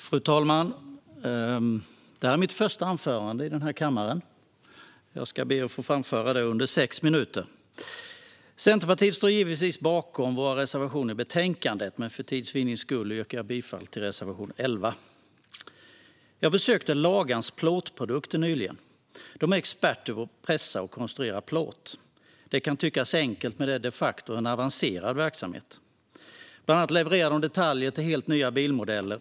Fru talman! Detta är mitt första anförande i den här kammaren, och jag ska be att få framföra det under sex minuter. Centerpartiet står givetvis bakom våra reservationer i betänkandet, men för tids vinnande yrkar jag bifall bara till reservation 11. Jag besökte Lagan Plåtprodukter nyligen. De är experter på att pressa och konstruera i plåt. Det kan tyckas enkelt, men det är de facto en avancerad verksamhet. Bland annat levererar de detaljer till helt nya bilmodeller.